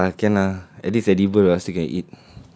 okay lah can lah at least edible still can eat